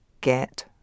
get